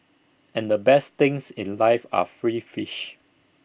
and the best things in life are free fish